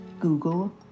Google